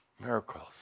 miracles